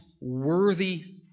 worthy